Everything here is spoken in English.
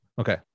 okay